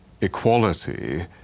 equality